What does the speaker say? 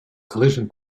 collision